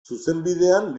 zuzenbidean